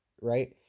right